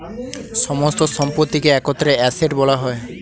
সমস্ত সম্পত্তিকে একত্রে অ্যাসেট্ বলা হয়